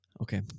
Okay